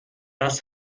das